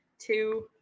two